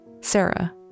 Sarah